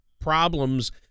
problems